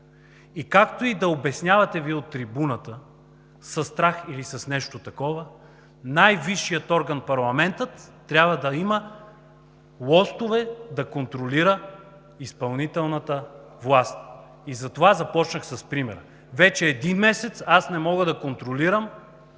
Както и да обяснявате Вие от трибуната – със страх или с нещо такова, най-висшият орган – парламентът – трябва да има лостове да контролира изпълнителната власт. Затова започнах с примера. Вече един месец аз не мога да контролирам